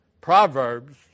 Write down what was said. Proverbs